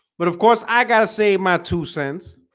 but of course i gotta say my two cents